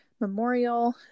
memorial